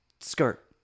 skirt